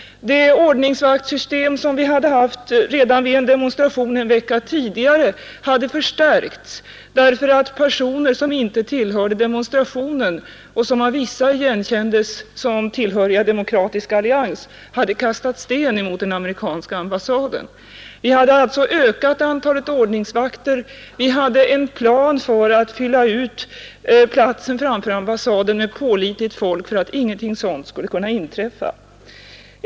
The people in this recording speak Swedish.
Det ordningsvaktsystem som vi hade haft redan vid en demonstration en vecka tidigare hade förstärkts därför att personer, som inte tillhörde demonstrationen och som av vissa igenkändes som tillhöriga Demokratisk allians, hade kastat sten mot den amerikanska ambassaden. Vi hade alltså ökat antalet ordningsvakter. Vi hade en plan för att fylla ut platsen framför ambassaden med pålitligt folk för att ingenting sådant skulle kunna inträffa.